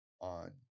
on